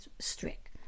strict